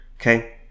okay